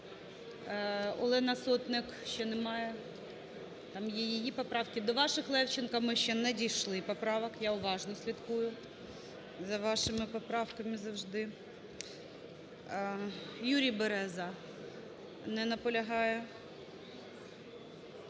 Олена Сотник? Ще немає. Там є її поправки. До ваших Левченко ми ще не дійшли поправок, я уважно слідкую за вашими поправками завжди. Юрій Береза. Не наполягає.